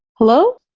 hello.